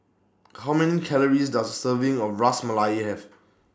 How Many Calories Does Serving of Ras Malai Have